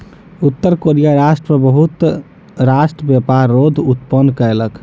उत्तर कोरिया राष्ट्र पर बहुत राष्ट्र व्यापार रोध उत्पन्न कयलक